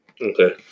Okay